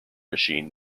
machine